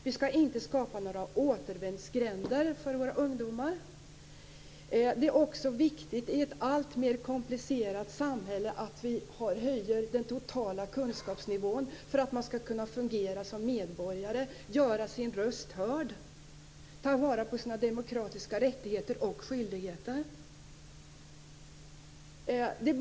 Vi skall inte skapa några återvändsgränder för våra ungdomar. I ett alltmer komplicerat samhälle är det också viktigt att vi höjer den totala kunskapsnivån för att man skall kunna fungera som medborgare, göra sin röst hörd och ta vara på sina demokratiska rättigheter och skyldigheter.